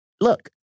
look